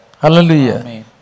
Hallelujah